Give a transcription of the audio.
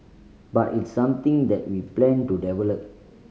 but it's something that we plan to develop